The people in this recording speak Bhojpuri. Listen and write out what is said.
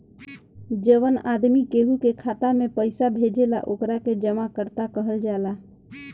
जवन आदमी केहू के खाता में पइसा भेजेला ओकरा के जमाकर्ता कहल जाला